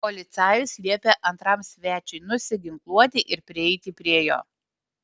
policajus liepė antram svečiui nusiginkluoti ir prieiti prie jo